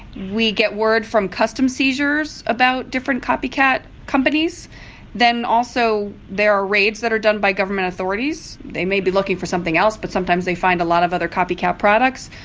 we get word from customs seizures about different copycat companies then, also, there are raids that are done by government authorities. they may be looking for something else, but sometimes they find a lot of other copycat products.